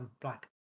Black